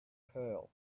pearl